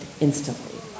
instantly